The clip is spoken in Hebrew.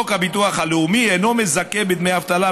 חוק הביטוח הלאומי אינו מזכה בדמי אבטלה